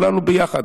כולנו ביחד.